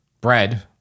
bread